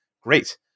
Great